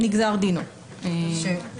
סעיף (ב).